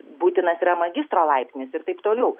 būtinas yra magistro laipsnis ir taip toliau